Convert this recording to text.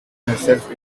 herself